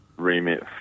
remit